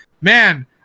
Man